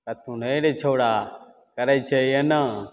तऽ कहथुन हे रै छौड़ा करय छै एना